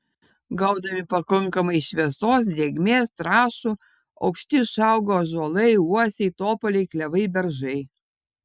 gaudami pakankamai šviesos drėgmės trąšų aukšti išauga ąžuolai uosiai topoliai klevai beržai